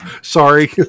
Sorry